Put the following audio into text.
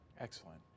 Excellent